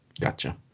gotcha